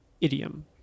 idiom